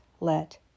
let